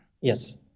Yes